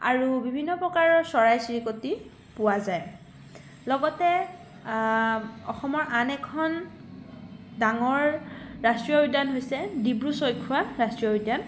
আৰু বিভিন্ন প্ৰকাৰৰ চৰাই চিৰিকটি পোৱা যায় লগতে অসমৰ আন এখন ডাঙৰ ৰাষ্ট্ৰীয় উদ্যান হৈছে ডিব্ৰু ছৈখোৱা ৰাষ্ট্ৰীয় উদ্যান